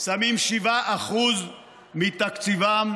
שמים 7% מתקציבם